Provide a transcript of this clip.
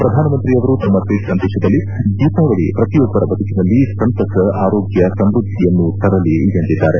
ಪ್ರಧಾನಮಂತ್ರಿಯವರು ತಮ್ನ ಟ್ವೀಟ್ ಸಂದೇಶದಲ್ಲಿ ದೀಪಾವಳಿ ಪ್ರತಿಯೊಬ್ಬರ ಬದುಕನಲ್ಲಿ ಸಂತಸ ಆರೋಗ್ಲ ಸಮೃದ್ದಿಯನ್ನು ತರಲಿ ಎಂದಿದ್ದಾರೆ